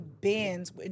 bands